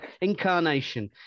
incarnation